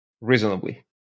reasonably